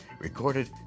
recorded